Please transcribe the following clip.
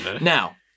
Now